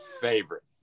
favorite